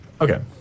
Okay